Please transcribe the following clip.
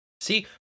See